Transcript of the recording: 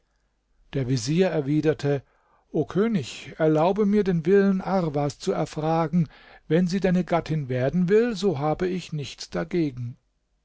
der vezier erwiderte o könig erlaube mir den willen arwas zu erfragen wenn sie deine gattin werden will so habe ich nichts dagegen